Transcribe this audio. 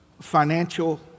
financial